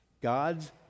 God's